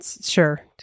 Sure